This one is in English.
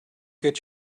get